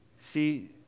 See